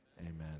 Amen